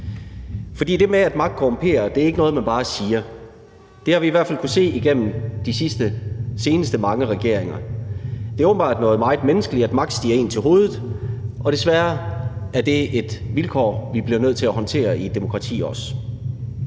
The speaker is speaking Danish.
år. Det med, at magt korrumperer, er ikke bare noget, man siger. Det har vi i hvert fald kunnet se ved de seneste mange regeringer. Det er åbenbart noget meget menneskeligt, at magt stiger en til hovedet, og desværre er det et vilkår, vi bliver nødt til også at håndtere i et demokrati.